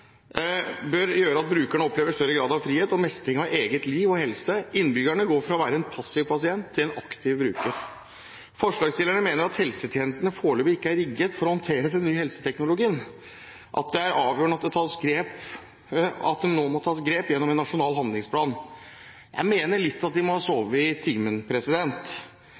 bør medføre at brukerne opplever større grad av frihet og mestring av eget liv og egen helse. Innbyggerne går fra å være passive pasienter til å være aktive brukere. Forslagsstillerne mener at helsetjenestene foreløpig ikke er rigget for å håndtere den nye helseteknologien, og at det nå må tas grep gjennom en nasjonal handlingsplan. Jeg mener at de må ha sovet litt i timen.